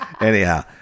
Anyhow